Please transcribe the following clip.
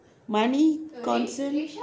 money concern